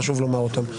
חשוב לומר אותם.